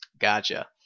Gotcha